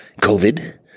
COVID